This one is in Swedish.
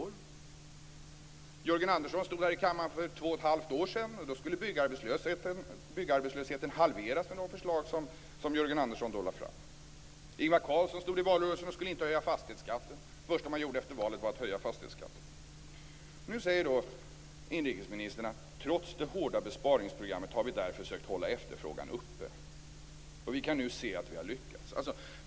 För två och ett halvt år sedan stod Jörgen Andersson här i kammaren och lade fram något förslag som skulle innebära att byggarbetslösheten skulle halveras. Ingvar Carlsson sade i valrörelsen att Socialdemokraterna inte skulle höja fastighetsskatten. Det första man gjorde efter valet var att höja fastighetsskatten. Nu säger inrikesministern: "Trots det hårda besparingsprogrammet har vi därför försökt hålla efterfrågan uppe. - Vi kan nu se att vi har lyckats."